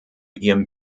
ihrem